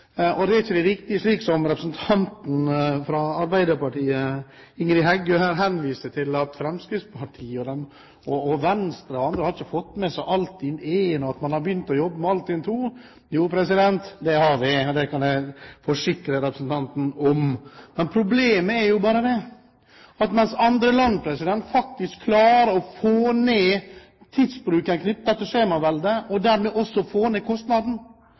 Og det er ikke riktig, slik som representanten fra Arbeiderpartiet, Ingrid Heggø, her henviser til, at Fremskrittspartiet, Venstre og andre ikke har fått med seg Altinn I og at man har begynt å jobbe med Altinn II. Jo, det har vi, det kan jeg forsikre representanten om. Men problemet er bare det at mens andre land faktisk klarer å få ned tidsbruken knyttet til skjemaveldet, og dermed også få ned kostnaden,